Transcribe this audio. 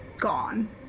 Gone